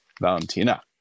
Valentina